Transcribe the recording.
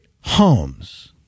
homes